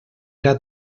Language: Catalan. era